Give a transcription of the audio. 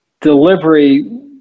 delivery